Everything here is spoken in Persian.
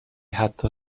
حتی